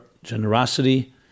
Generosity